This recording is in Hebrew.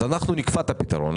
אנחנו נכפה את הפתרון.